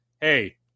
Hey